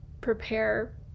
prepare